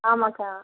ஆமாம்க்கா